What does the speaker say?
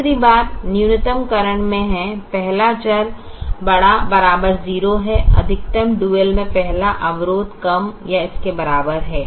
दूसरी बात न्यूनतमकरण में है पहला चर ≥ 0 है अधिकतम डुअल में पहला अवरोध कम या इसके बराबर है